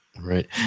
Right